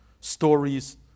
stories